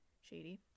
Shady